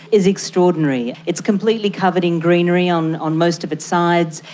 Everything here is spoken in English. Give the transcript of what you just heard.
is extraordinary. it's completely covered in greenery on on most of its sides.